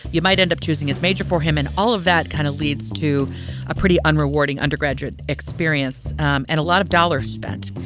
you might end up choosing his major for him. and all of that kind of leads to a pretty unrewarding undergraduate experience and a lot of dollars spent.